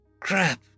Crap